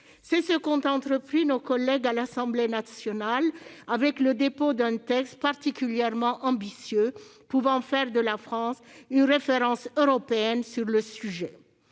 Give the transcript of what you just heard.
C'est ce qu'ont entrepris nos collègues de l'Assemblée nationale en déposant un texte particulièrement ambitieux, pouvant faire de la France une référence européenne sur le sujet.